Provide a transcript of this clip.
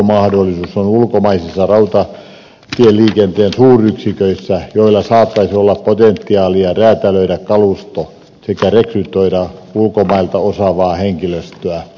yksi heikko mahdollisuus on ulkomaisissa rautatieliikenteen suuryksiköissä joilla saattaisi olla potentiaalia räätälöidä kalusto sekä rekrytoida ulkomailta osaavaa henkilöstöä